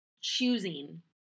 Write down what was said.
choosing